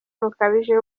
bukabije